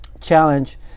challenge